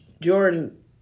Jordan